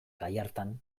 gallartan